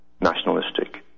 nationalistic